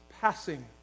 passing